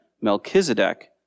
Melchizedek